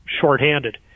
shorthanded